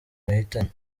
yahitanye